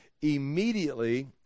immediately